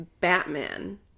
Batman